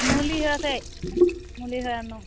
मुलि होआखै मुलि होयै दं